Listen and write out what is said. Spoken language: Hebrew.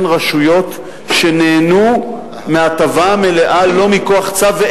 הן רשויות שנהנו מהטבה מלאה לא מכוח צו,